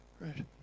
Right